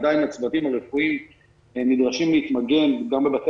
עדין הצוותים הרפואיים נדרשים להתמגן גם בבתי